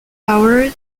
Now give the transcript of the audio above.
power